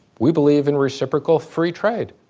we believe in reciprocal free trade.